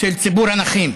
של ציבור הנכים.